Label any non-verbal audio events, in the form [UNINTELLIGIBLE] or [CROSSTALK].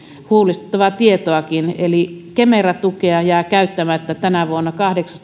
huolestuttavaa tietoakin kemera tukea jää käyttämättä tänä vuonna kahdeksan [UNINTELLIGIBLE]